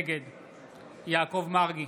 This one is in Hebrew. נגד יעקב מרגי,